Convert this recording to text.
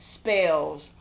spells